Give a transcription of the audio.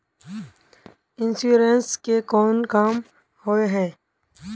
Insurance के कोन काम होय है?